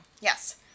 Yes